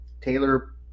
Taylor